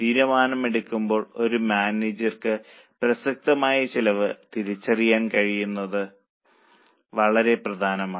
തീരുമാനമെടുക്കുമ്പോൾ ഒരു മാനേജർക്ക് പ്രസക്തമായ ചെലവ് തിരിച്ചറിയാൻ കഴിയുന്നത് വളരെ പ്രധാനമാണ്